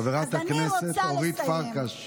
חברת הכנסת אורית פרקש, אני מבקש לסיים.